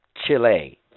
Chile